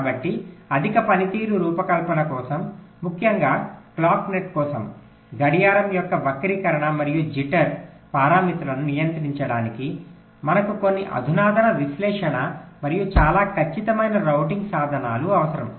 కాబట్టి అధిక పనితీరు రూపకల్పన కోసం ముఖ్యంగా క్లాక్ నెట్ కోసం గడియారం యొక్క వక్రీకరణ మరియు జిట్టర్ పారామితులను నియంత్రించడానికి మనకు కొన్ని అధునాతన విశ్లేషణ మరియు చాలా ఖచ్చితమైన రౌటింగ్ సాధనాలు అవసరం